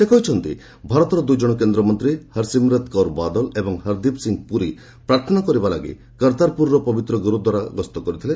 ସେ କହିଛନ୍ତି ଭାରତର ଦୁଇଜଣ କେନ୍ଦ୍ରମନ୍ତ୍ରୀ ହରସିମରତ କୌର ବାଦଲ ଏବଂ ହରଦୀପ୍ ସିଂ ପୁରୀ ପ୍ରାର୍ଥନା କରିବା ପାଇଁ କର୍ତ୍ତାରପୁରର ପବିତ୍ର ଗୁରୁଦ୍ୱାର ଗସ୍ତ କରିଥିଲେ